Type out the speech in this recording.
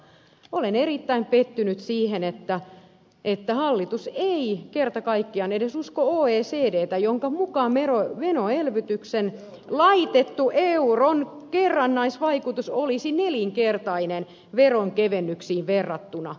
olen erittäin pettynyt siihen että hallitus ei kerta kaikkiaan usko edes oecdtä jonka mukaan menoelvytykseen laitettu euron kerrannaisvaikutus olisi nelinkertainen veronkevennyksiin verrattuna